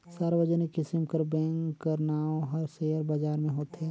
सार्वजनिक किसिम कर बेंक कर नांव हर सेयर बजार में होथे